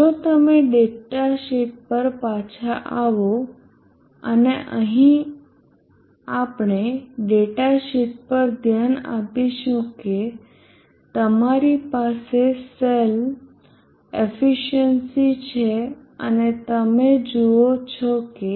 જો તમે ડેટાશીટ પર પાછા આવો અને આપણે અહીં ડેટા શીટ પર ધ્યાન આપીશું કે તમારી પાસે સેલ એફિસિયન્સી છે અને તમે જુઓ છો કે